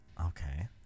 okay